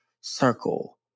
circle